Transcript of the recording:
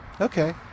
Okay